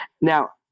now